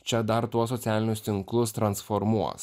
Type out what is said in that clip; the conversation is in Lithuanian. čia dar tuos socialinius tinklus transformuos